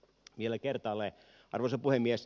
vielä kertaalleen arvoisa puhemies